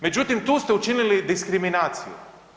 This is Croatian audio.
Međutim tu ste učinili diskriminaciju.